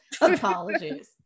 Apologies